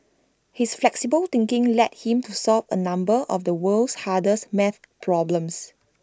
his flexible thinking led him to solve A number of the world's hardest math problems